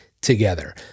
together